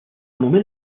moment